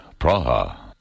Praha